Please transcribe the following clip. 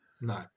No